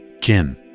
Jim